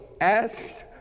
asks